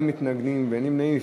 בעד, 13, אין מתנגדים ואין נמנעים.